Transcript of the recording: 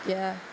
किए